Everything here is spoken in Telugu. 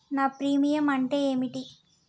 నా ప్రీమియం అంటే ఏమిటి?